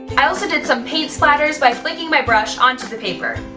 i also did some paint splatters by flicking my brush onto the paper.